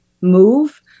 move